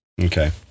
Okay